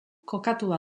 kokatua